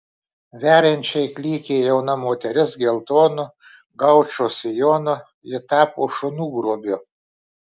veriančiai klykė jauna moteris geltonu gaučo sijonu ji tapo šunų grobiu